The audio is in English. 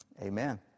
Amen